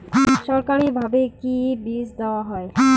সরকারিভাবে কি বীজ দেওয়া হয়?